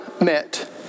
met